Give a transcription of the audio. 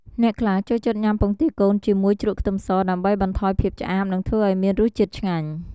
អ្នកខ្លះចូលចិត្តញ៉ាំពងទាកូនជាមួយជ្រក់ខ្ទឹមស ដើម្បីបន្ថយភាពឆ្អាបនិងធ្វើឱ្យមានរសជាតិឆ្ងាញ់។